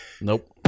Nope